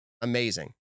Amazing